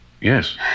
Yes